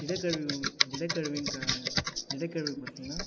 திடக்கழிவு திடக்கழிவு பார்த்தீங்கன்னா